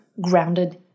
grounded